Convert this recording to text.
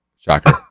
Shocker